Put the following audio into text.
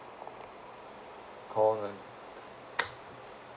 call num~